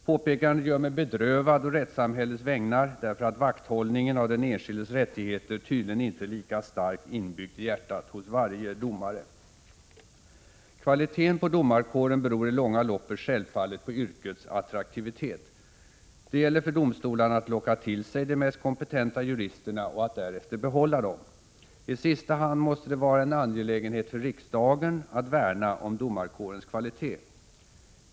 Påpekandet gör mig bedrövad å rättssamhällets vägnar, därför att vakthållningen av den enskildes rättigheter tydligen inte är lika starkt inbyggd i hjärtat hos varje domare. Kvaliteten på domarkåren beror i långa loppet självfallet på yrkets attraktivitet. Det gäller för domstolarna att locka till sig de mest kompetenta juristerna och att därefter behålla dem. I sista hand måste det vara en angelägenhet för riksdagen att värna om domarkårens kvalitet.